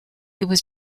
was